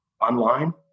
online